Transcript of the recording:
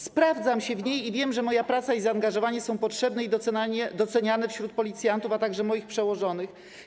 Sprawdzam się w niej i wiem, że moja praca i zaangażowanie są potrzebne i doceniane wśród policjantów, a także moich przełożonych.